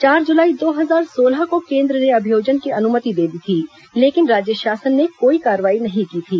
चार जुलाई दो हजार सोलह को केन्द्र ने अभियोजन की अनुमति दे दी थी लेकिन राज्य शासन ने कोई कार्रवाई नहीं की थी